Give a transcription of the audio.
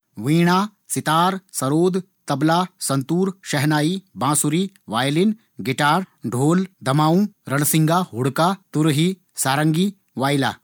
वीणा, सितार, सरोद, तबला, शंतूर, शहनाई, बांसुरी, violin, guitar, dhol, दमाऊ, रणसिंघा, हुड़का, तुरही, सारंगी, वाइला.